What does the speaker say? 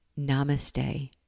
Namaste